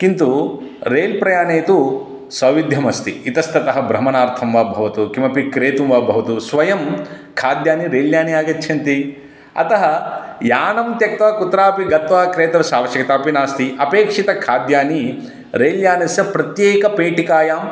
किन्तु रेल्प्रयाणे तु सौविध्यमस्ति इतस्ततः भ्रमणार्थं वा भवतु किमपि क्रेतुं वा भवतु स्वयं खाद्यानि रेल्याने आगच्छन्ति अतः यानं त्यक्त्वा कुत्रापि गत्वा क्रेतव्यस्य आवश्यकतापि नास्ति अपेक्षितखाद्यानि रेल्यानस्य प्रत्येकपेटिकायां